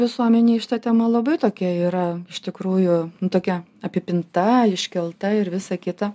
visuomenėj tema labai tokia yra iš tikrųjų tokia apipinta iškelta ir visa kita